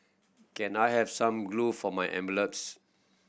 can I have some glue for my envelopes